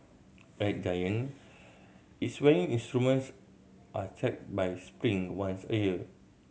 at Giant its weighing instruments are checked by Spring once a year